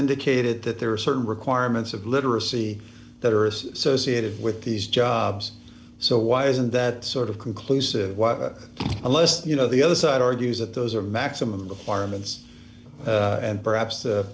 indicated that there are certain requirements of literacy that are associated with these jobs so why isn't that sort of conclusive unless you know the other side argues that those are maximum in the parliaments and perhaps